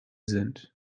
sind